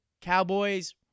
Cowboys